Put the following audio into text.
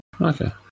Okay